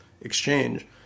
exchange